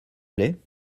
plait